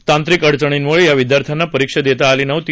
तांत्रिक अडचणीमुळे या विद्यार्थ्यांना परीक्षा देता आली नव्हती